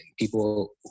people